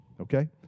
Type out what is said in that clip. Okay